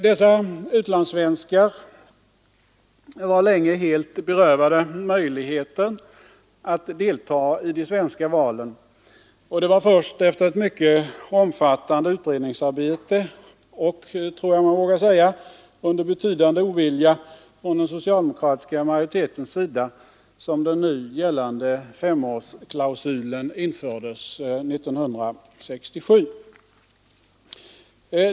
Dessa utlandssvenskar var länge helt berövade möjligheter att deltaga i de svenska valen, och det var först efter ett mycket omfattande utredningsarbete och — vågar man säga — under betydande ovilja från den socialdemokratiska majoritetens sida som den ännu gällande femårsklausulen infördes 1967.